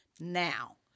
now